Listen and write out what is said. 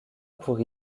pour